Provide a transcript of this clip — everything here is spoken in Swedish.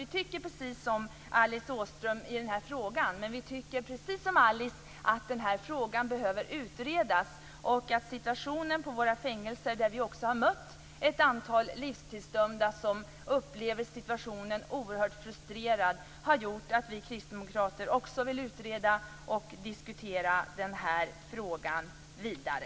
Vi tycker precis som Alice Åström att denna fråga behöver utredas liksom frågan om situationen på våra fängelser, där vi har mött ett antal livstidsdömda som upplever situationen som oerhört frustrerande. Det har gjort att också vi kristdemokrater vill utreda och diskutera frågan vidare.